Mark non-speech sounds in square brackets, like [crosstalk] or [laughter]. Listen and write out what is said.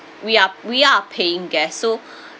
we are we are paying guests so [breath]